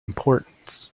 importance